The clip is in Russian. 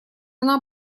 она